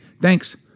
thanks